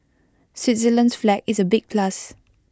Switzerland's flag is A big plus